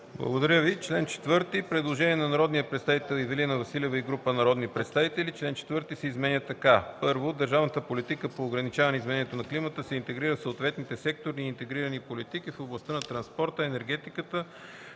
Благодаря Ви. По чл. 4 има предложение на Ивелина Василева и група народни представители – чл. 4 се изменя така: „(1) Държавната политика по ограничаване изменението на климата се интегрира в съответните секторни и интегрирани политики в областта на транспорта, енергетиката,